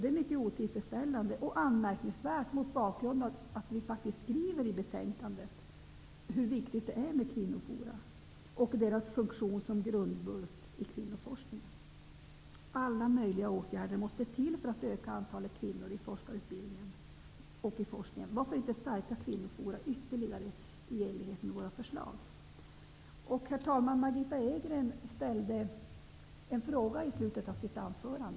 Det är mycket otillfredsställande och anmärkningsvärt mot bakgrund av att vi faktiskt skriver i betänkandet hur viktigt det är med kvinnoforum och deras funktion som grundbult i kvinnoforskningen. Alla möjliga åtgärder måste till för att öka antalet kvinnor i forskarutbildningen och i forskningen. Varför inte stärka kvinnoforum yterligare i enlighet med våra förslag? Herr talman! Margitta Edgren ställde en fråga i slutet av sitt anförande.